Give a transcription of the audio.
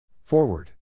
Forward